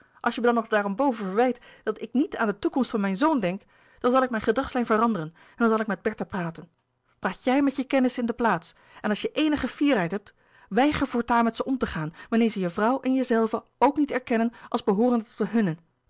als je me dan nog daarenboven verwijt dat ik niet aan de toekomst van mijn zoon denk dan zal louis couperus de boeken der kleine zielen ik mijn gedragslijn veranderen en dan zal ik met bertha praten praat jij met je kennissen in de plaats en als je eenige fierheid hebt weiger voortaan met ze om te gaan wanneer ze je vrouw en jezelven ook niet erkennen als behoorende tot de